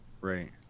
Right